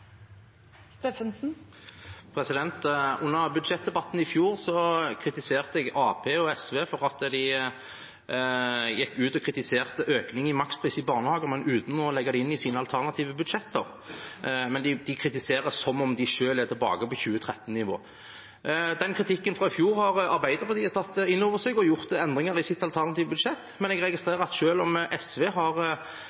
Under budsjettdebatten i fjor kritiserte jeg Arbeiderpartiet og SV for at de gikk ut og kritiserte økningen i makspris i barnehager, men uten å legge det inn i sine alternative budsjetter. De kritiserer som om de selv er tilbake på 2013-nivå. Arbeiderpartiet har tatt inn over seg kritikken fra i fjor og gjort endringer i sitt alternative budsjett, men jeg